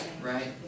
right